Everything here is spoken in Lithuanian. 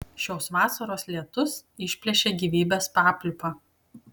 šios vasaros lietus išplėšė gyvybės papliūpą